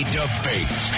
debate